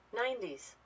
90s